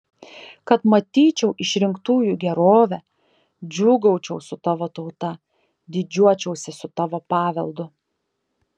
kad matyčiau išrinktųjų gerovę džiūgaučiau su tavo tauta didžiuočiausi su tavo paveldu